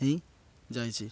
ହେଇ ଯାଇଛି